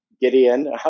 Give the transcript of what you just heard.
Gideon